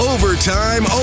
Overtime